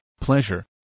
pleasure